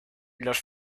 los